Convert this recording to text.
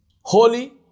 holy